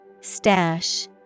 Stash